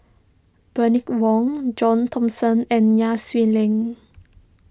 Bernice Wong John Thomson and Nai Swee Leng